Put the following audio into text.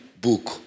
book